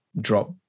drop